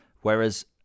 whereas